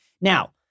Now